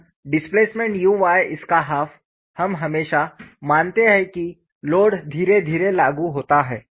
और displacement u y इसका half हम हमेशा मानते हैं कि लोड धीरे धीरे लागू होता है